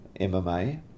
MMA